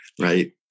right